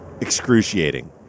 excruciating